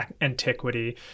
antiquity